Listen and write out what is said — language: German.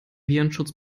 virenschutz